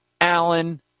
Allen